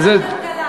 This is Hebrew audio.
ועדת הכלכלה.